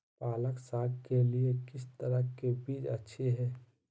पालक साग के लिए किस तरह के बीज अच्छी है?